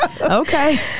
Okay